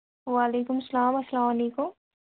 وعلیکُم سَلام اَسلام علیکُم